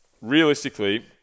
realistically